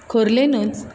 खोर्लेनूच